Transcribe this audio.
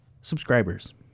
subscribers